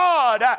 God